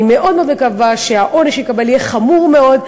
אני מאוד מאוד מקווה שהעונש שהוא יקבל יהיה חמור מאוד,